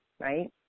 right